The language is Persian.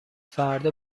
فردا